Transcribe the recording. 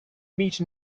meat